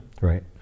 Right